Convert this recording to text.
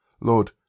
Lord